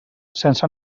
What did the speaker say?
sense